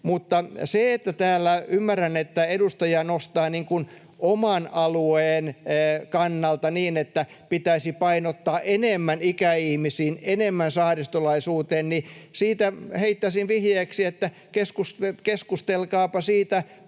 Ymmärrän, että täällä edustaja nostaa oman alueen kannalta niin, että pitäisi painottaa enemmän ikäihmisiin, enemmän saaristolaisuuteen. Siitä heittäisin vihjeeksi, että keskustelkaapa siitä